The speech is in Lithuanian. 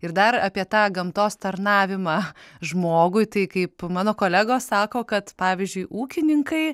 ir dar apie tą gamtos tarnavimą žmogui tai kaip mano kolegos sako kad pavyzdžiui ūkininkai